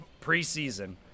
preseason